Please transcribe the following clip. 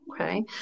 Okay